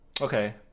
okay